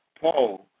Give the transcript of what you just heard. Paul